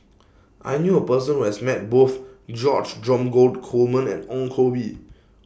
I knew A Person Who has Met Both George Dromgold Coleman and Ong Koh Bee